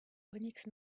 onyx